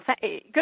good